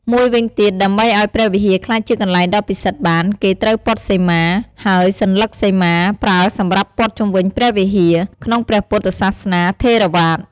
មួយវិញទៀត ដើម្បីឱ្យព្រះវិហារក្លាយជាកន្លែងដ៏ពិសិដ្ឋបាន គេត្រូវព័ទ្ធសីមា ហើយសន្លឹកសីមា ប្រើសម្រាប់ព័ន្ធជុំវិញព្រះវិហារ ក្នុងព្រះពុទ្ធសាសនាថេរវាទ។